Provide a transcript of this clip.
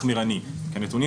ואגב,